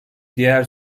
diğer